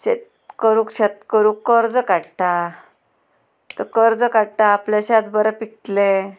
शेत करूंक शेत करूंक कर्ज काडटा तो कर्ज काडटा आपलें शेत बरें पिकतलें